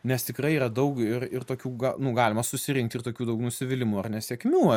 nes tikrai yra daug ir ir tokių gal nu galima susirinkt ir tokių daug nusivylimų ar nesėkmių